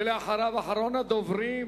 ולאחריו, אחרון הדוברים,